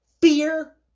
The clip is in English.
fear